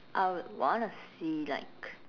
I would want to see like